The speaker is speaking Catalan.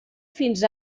fins